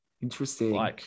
Interesting